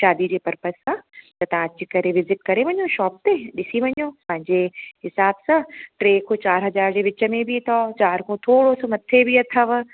शादी जे पर्पज सां तव्हां अची करे विज़िट करे वञो शोप ते ॾिसी वञो पंहिंजे हिसाबु सां टे खां चारि हज़ार जे विच में बि अथव चारि खां थोरो सो मथे बि अथव